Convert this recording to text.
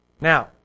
Now